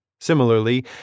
Similarly